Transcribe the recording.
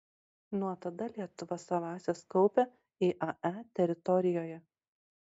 nuo tada lietuva savąsias kaupia iae teritorijoje